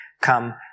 come